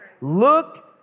Look